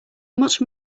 much